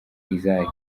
isaac